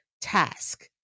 task